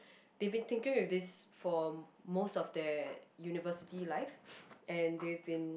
they've been thinking with this for most of their university life and they've been